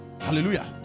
Hallelujah